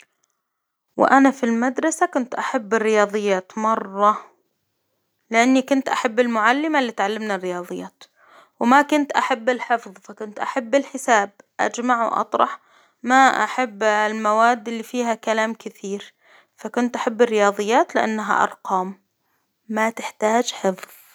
وأنا في المدرسة كنت أحب الرياظيات مرة، لاني كنت أحب المعلمة اللي تعلمنا الرياظيات، وما كنت أحب الحفظ ، فكنت أحب الحساب، أجمع وأطرح ما أحب المواد اللي فيها كلام كثير، فكنت أحب الرياظيات لأنها أرقام ما تحتاج حفظ.